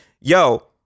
yo